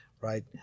right